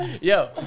Yo